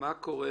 מה קורה